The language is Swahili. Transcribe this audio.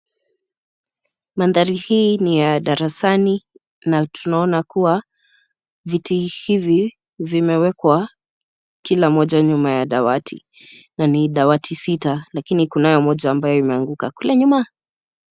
Mandhari hii ni ya darasani na tunaona kuwa viti hivi vimewekwa kila moja nyuma ya dawati na ni dawati sita lakini kunayo moja ambayo imeanguka kule nyuma.